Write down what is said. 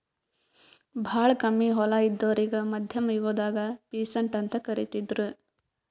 ಭಾಳ್ ಕಮ್ಮಿ ಹೊಲ ಇದ್ದೋರಿಗಾ ಮಧ್ಯಮ್ ಯುಗದಾಗ್ ಪೀಸಂಟ್ ಅಂತ್ ಕರಿತಿದ್ರು